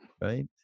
right